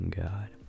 god